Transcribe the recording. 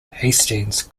hastings